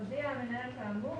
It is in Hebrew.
הודיע המנהל כאמור,